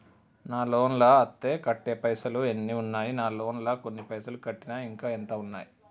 నా లోన్ లా అత్తే కట్టే పైసల్ ఎన్ని ఉన్నాయి నా లోన్ లా కొన్ని పైసల్ కట్టిన ఇంకా ఎంత ఉన్నాయి?